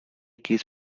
kiss